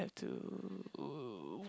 to